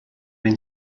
been